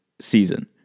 season